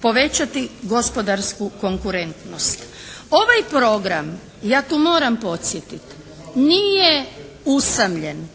povećati gospodarsku konkurentnost. Ovaj program, ja to moram podsjetit nije usamljen.